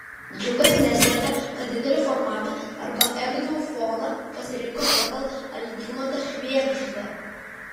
džiugas neslepia kad didelį formatą arba erdvų foną pasirinko pagal algimantą švėgždą